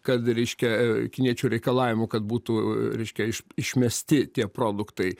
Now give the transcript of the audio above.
kad reiškia kiniečių reikalavimu kad būtų reiškia iš išmesti tie produktai